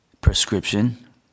prescription